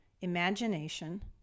imagination